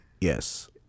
Yes